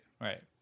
Right